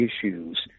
issues